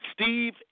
Steve